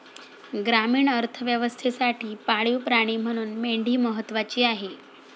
ग्रामीण अर्थव्यवस्थेसाठी पाळीव प्राणी म्हणून मेंढी महत्त्वाची आहे